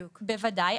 בוודאי,